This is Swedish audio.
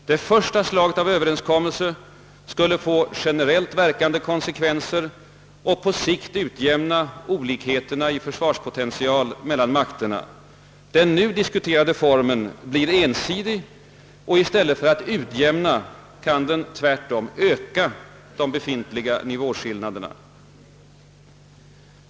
Det första slaget av överenskommelse skulle få generellt verkande konsekvenser och på sikt utjämna olikheterna i försvarspotential mellan makterna. Den nu diskuterade formen blir ensidig, och i stället för att utjämna ökar den de befintliga nivåskillnaderna.